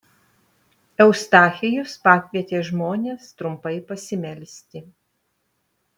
eustachijus pakvietė žmones trumpai pasimelsti